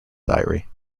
diary